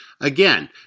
Again